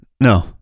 No